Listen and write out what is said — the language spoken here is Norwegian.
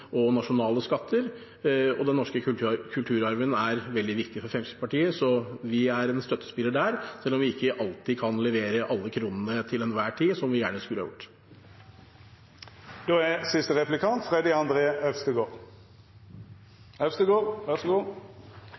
og nasjonale skatter. Den norske kulturarven er veldig viktig for Fremskrittspartiet, så vi er en støttespiller der, selv om vi ikke til enhver tid kan levere alle kronene som vi gjerne skulle gjort. Jeg tenkte jeg skulle gi Fremskrittspartiets representanter anledning til å snakke litt mer om noe de ikke pleier å snakke så